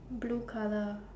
blue colour